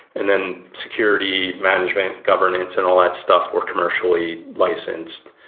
and then security management, governance and all that stuff were commercially licensed,